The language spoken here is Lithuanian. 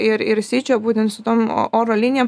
ir ir sičio būtent su tom o oro linijom